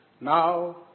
Now